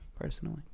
personally